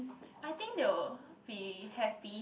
I think they will be happy